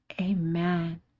Amen